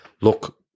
look